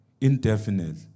Indefinite